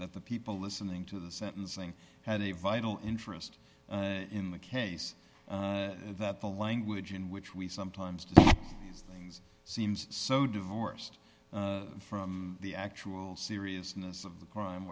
that the people listening to the sentencing had a vital interest in the case that the language in which we sometimes do these things seems so divorced from the actual seriousness of the crime